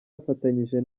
bifatanyije